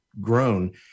grown